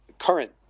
current